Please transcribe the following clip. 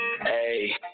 Hey